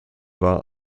war